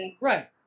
right